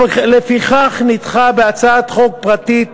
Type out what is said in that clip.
לפיכך נדחתה בהצעת חוק פרטית